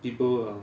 people um